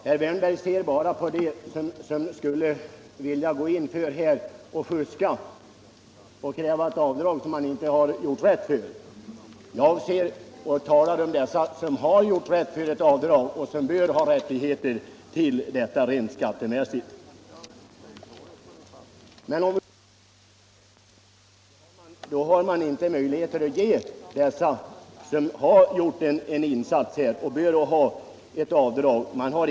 Herr Wärnberg talar om dem som skulle vilja fuska och kräva avdrag som man inte har rätt att göra, och jag talar om dem som har gjort rätt för ett avdrag men som inte får möjligheter att rent skattemässigt göra sådant avdrag. Med utskottets förslag har nämligen dessa människor, som har gjort en insats, ingen möjlighet att göra avdrag.